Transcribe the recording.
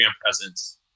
presence